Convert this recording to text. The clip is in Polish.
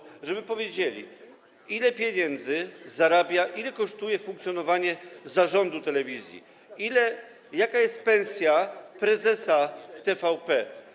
Chodzi o to, żeby powiedzieli, ile pieniędzy zarabia... ile kosztuje funkcjonowanie zarządu telewizji, jaka jest pensja prezesa TVP.